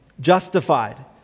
Justified